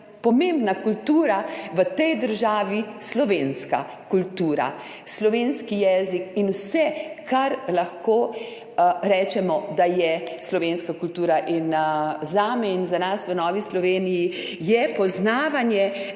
pomembna kultura v tej državi slovenska kultura, slovenski jezik in vse, kar lahko rečemo, da je slovenska kultura. Zame in za nas v Novi Sloveniji je dejansko